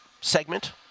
segment